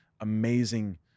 amazing